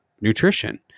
nutrition